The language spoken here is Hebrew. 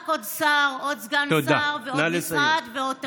רק עוד שר, עוד סגן שר ועוד משרד ועוד תפקיד.